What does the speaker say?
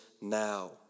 now